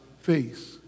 face